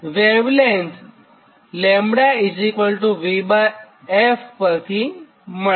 wavelength λvf પરથી મળે